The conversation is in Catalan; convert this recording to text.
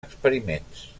experiments